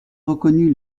reconnu